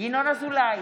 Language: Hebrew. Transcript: ינון אזולאי,